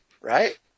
Right